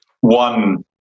one